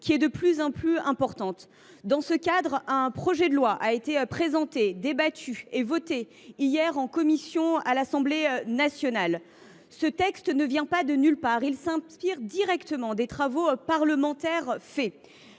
l’égard de l’information. Dans ce cadre, un projet de loi a été présenté, débattu et voté hier en commission à l’Assemblée nationale. Ce texte ne vient pas de nulle part, il s’inspire directement de travaux parlementaires,